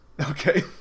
okay